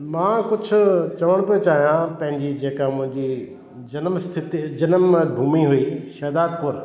मां कुझु चवण पियो चाहियां पंहिंजी जेका मुंहिंजी जनम स्थिति जनम भूमि हुई शहदादपुर